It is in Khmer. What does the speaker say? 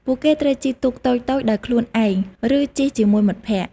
ពួកគេត្រូវជិះទូកតូចៗដោយខ្លួនឯងឬជិះជាមួយមិត្តភក្តិ។